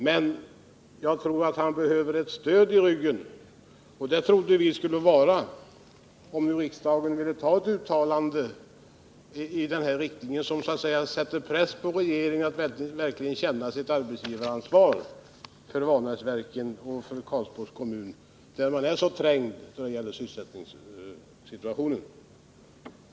Men vi anser att han behöver ett stöd, och det trodde vi att han skulle få om riksdagen ville göra ett uttalande i den här riktningen, som så att säga sätter press på regeringen att verkligen känna sitt arbetsgivaransvar för Vanäsver ken och för Karlsborgs kommun, där man är så trängd när det gäller sysselsättningen.